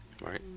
right